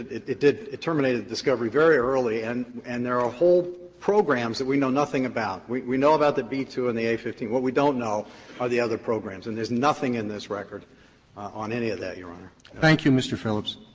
it it did it terminated discovery very early, and and there are whole programs that we know nothing about. we we know about the b two and the a fifteen. what we don't know are the other programs, and there's nothing in this record on any of that, your honor. roberts thank you, mr. phillips.